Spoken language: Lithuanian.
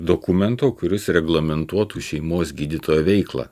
dokumento kuris reglamentuotų šeimos gydytojo veiklą